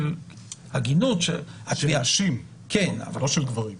אבל לא של גברים.